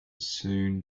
soon